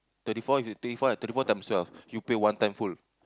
thirty four if you thirty four times twelve you pay one time full